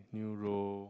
neuro